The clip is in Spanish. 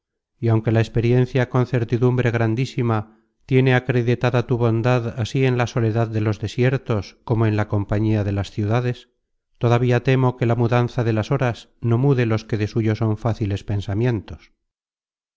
y aunque la experiencia con certidumbre grandísima tiene acreditada tu bondad ansí en la soledad de los desiertos como en la compañía de las ciudades todavía temo que la mudanza de las horas no mude los que de suyo son fáciles pensamientos